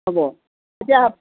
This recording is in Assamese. হ'ব এতিয়া